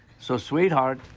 so sweetheart,